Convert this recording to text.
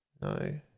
No